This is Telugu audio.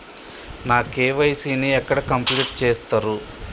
నా కే.వై.సీ ని ఎక్కడ కంప్లీట్ చేస్తరు?